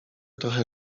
trochę